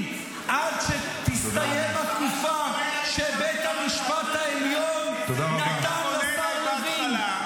עד שתסתיים התקופה שבית המשפט העליון נתן לשר לוין